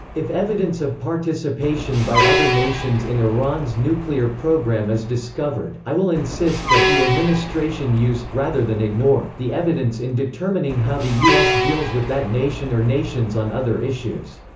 if evidence of participation by other nations in iran's nuclear program is discovered, i will insist that the administration use, rather than ignore, the evidence in determining how the u s. deals with that nation or nations on other issues.